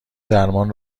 درمان